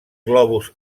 globus